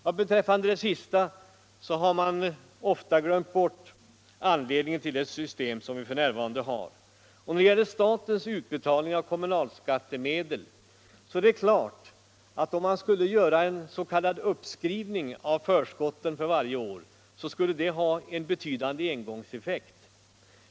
Vad beträffar det sistnämnda har man ofta glömt bort anledningen till det system som vi f.n. har. När det gäller statens utbetalning av kommunalskattemedel är det klart att om man skulle göra en s.k. uppskrivningen av förskotten för varje år, skulle det ha en betydande engångseffekt.